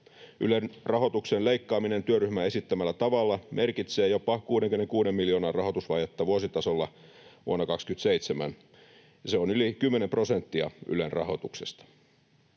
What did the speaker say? Ylen rahoituksen leikkaaminen työryhmän esittämällä tavalla merkitsee jopa 66 miljoonan rahoitusvajetta vuositasolla vuonna 27, ja se on yli kymmenen prosenttia Ylen rahoituksesta.